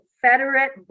Confederate